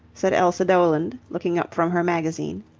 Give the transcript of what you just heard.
said elsa doland, looking up from her magazine.